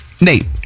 Nate